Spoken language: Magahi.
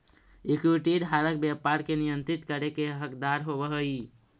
इक्विटी धारक व्यापार के नियंत्रित करे के हकदार होवऽ हइ